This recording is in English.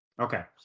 okay